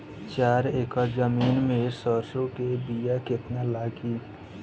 चार एकड़ जमीन में सरसों के बीया कितना लागी?